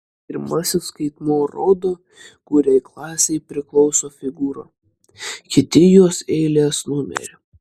pirmasis skaitmuo rodo kuriai klasei priklauso figūra kiti jos eilės numerį